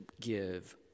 give